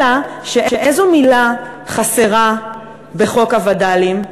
אלא שאיזו מילה חסרה בחוק הווד"לים?